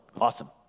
Awesome